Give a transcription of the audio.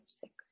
six